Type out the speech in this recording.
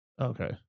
Okay